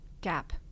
gap